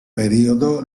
periodo